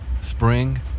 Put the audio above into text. Spring